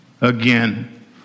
again